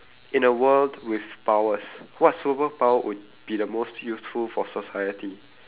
in a world with powers what superpower would be the most useful for society